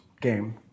game